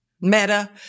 meta